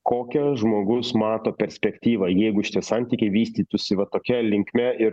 kokią žmogus mato perspektyvą jeigu šitie santykiai vystytųsi va tokia linkme ir